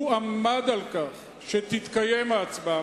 הוא עמד על כך שתתקיים ההצבעה.